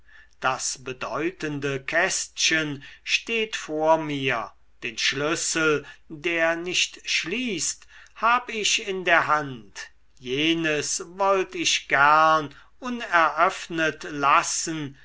das bedeutende kästchen steht vor mir den schlüssel der nicht schließt hab ich in der hand jenes wollt ich gern uneröffnet lassen